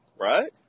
right